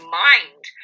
mind